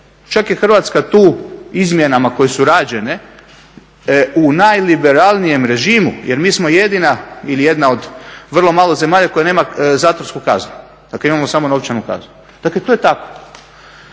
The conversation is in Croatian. Čak je Hrvatska tu izmjenama koje su rađene u najlibelarnijem režimu jer mi smo jedina ili jedna od vrlo malo zemalja koja nema zatvorsku kaznu, dakle imamo samo novčanu kaznu. Dakle to je ta.